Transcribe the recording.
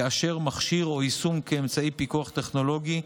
יאשר מכשיר או יישום כאמצעי פיקוח טכנולוגי,